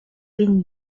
been